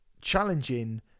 challenging